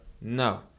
No